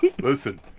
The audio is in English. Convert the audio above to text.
Listen